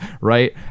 right